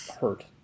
hurt